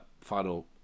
final